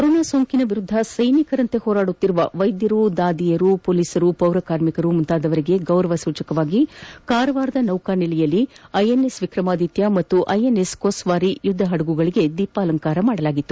corona ಸೋಂಕು ವಿರುದ್ಧ ಸೈನಿಕರಂತೆ ಹೊರಾಡುತ್ತಿರುವ ವೈದ್ಯರು ಶುಶೂಷಕಿಯರು ಪೋಲಿಸರು ಪೌರಕಾರ್ಮಿಕರು ಮುಂತಾದವರಿಗೆ ಗೌರವ ಸೂಚಕವಾಗಿ ಕಾರವಾರದ ನೌಕಾನೆಲೆಯಲ್ಲಿ ಐಎನ್ಎಸ್ ವಿಕ್ರಮಾದಿತ್ಯ ಮತ್ತು ಐಎನ್ಎಸ್ ಕೊಸ್ವಾರಿ ಯುದ್ದ ಹಡಗುಗಳಿಗೆ ದೀಪಾಲಂಕಾರ ಮಾಡಲಾಗಿತ್ತು